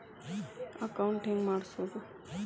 Account ಹೆಂಗ್ ಮಾಡ್ಸೋದು?